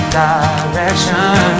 direction